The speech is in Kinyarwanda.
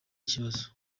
ikibazo